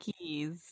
keys